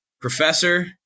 Professor